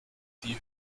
die